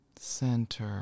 center